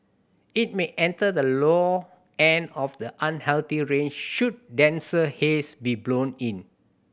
it may enter the low end of the unhealthy range should denser haze be blown in